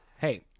hey